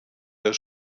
der